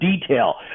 detail